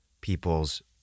people's